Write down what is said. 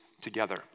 together